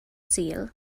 sul